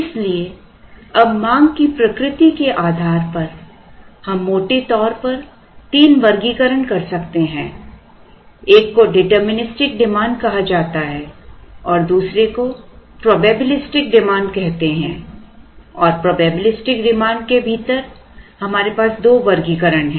इसलिए अब मांग की प्रकृति के आधार पर हम मोटे तौर पर तीन वर्गीकरण कर सकते हैं एक को डिटरमिनिस्टिक डिमांड कहा जाता है और दूसरे को प्रोबेबिलिस्टिक डिमांड कहते हैं और प्रोबेबिलिस्टिक डिमांड के भीतर हमारे पास दो वर्गीकरण हैं